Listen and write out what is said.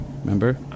Remember